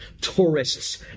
tourists